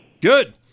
Good